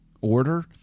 order